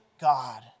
God